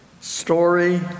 story